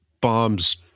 bombs